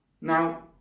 Now